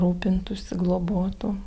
rūpintųsi globotų